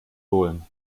holen